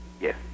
Yes